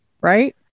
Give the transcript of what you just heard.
right